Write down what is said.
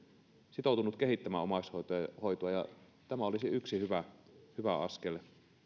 sitoutunut kehittämään omaishoitoa ja tämä olisi yksi hyvä hyvä askel